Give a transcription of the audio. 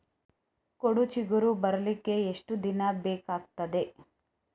ಕೋಡು ಚಿಗುರು ಬರ್ಲಿಕ್ಕೆ ಎಷ್ಟು ದಿನ ಬೇಕಗ್ತಾದೆ?